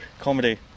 comedy